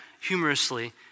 humorously